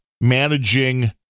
managing